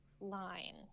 line